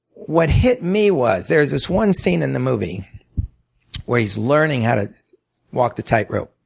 what hit me was there's this one scene in the movie where he's learning how to walk the tightrope.